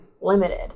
limited